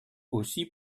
aussi